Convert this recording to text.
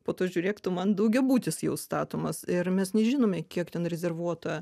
po to žiūrėk tu man daugiabutis jau statomas ir mes nežinome kiek ten rezervuota